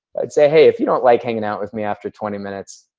i'd says, hey, if you don't like hanging out with me after twenty minutes.